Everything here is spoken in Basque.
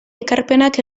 ekarpenak